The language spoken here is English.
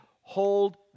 hold